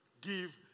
Give